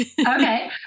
Okay